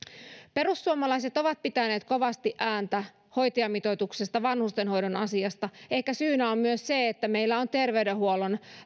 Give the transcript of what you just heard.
perussuomalaiset ovat pitäneet kovasti ääntä hoitajamitoituksesta vanhustenhoidon asiasta ehkä syynä on myös se että meillä on terveydenhuollon